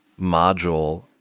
module